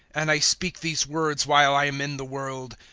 and i speak these words while i am in the world,